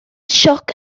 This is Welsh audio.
sioc